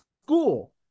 school